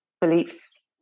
beliefs